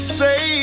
say